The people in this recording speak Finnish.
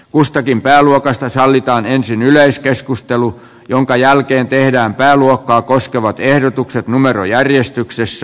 kustakin pääluokasta sallitaan ensin yleiskeskustelu jonka jälkeen tehdään pääluokkaa koskevat ehdotukset numerojärjestyksessä